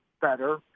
better